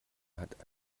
hat